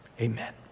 amen